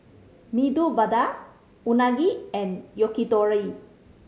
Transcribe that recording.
Medu Vada Unagi and Yakitori